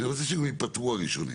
ואני רוצה שהם ייפתרו הראשונים.